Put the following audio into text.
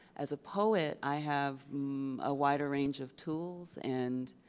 as a poet, i have a wider range of tools. and